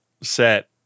set